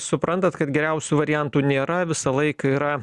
suprantat kad geriausių variantų nėra visą laiką yra